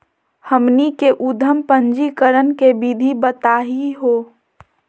हमनी के उद्यम पंजीकरण के विधि बताही हो?